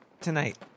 tonight